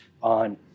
on